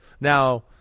Now